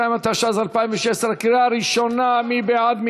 52), התשע"ז 2016, קריאה ראשונה, מי בעד?